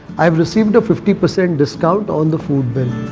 i've received a fifty percent discount on the food bill.